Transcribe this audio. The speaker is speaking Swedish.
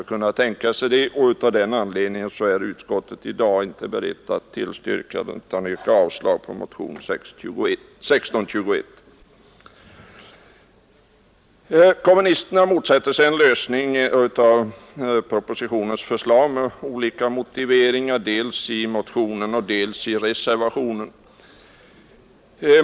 Av den anledningen är utskottet i dag inte berett att tillstyrka herr Levins förslag utan yrkar avslag på motionen 1621. Kommunisterna motsätter sig en lösning enligt propositionens förslag med olika motiveringar, anförda dels i motionen, dels i reservationen.